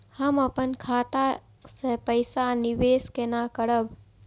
हम अपन खाता से पैसा निवेश केना करब?